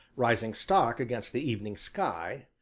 rising stark against the evening sky,